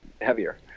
heavier